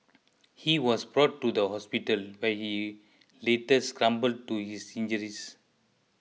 he was brought to the hospital where he later succumbed to his injuries